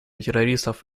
террористов